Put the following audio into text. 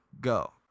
go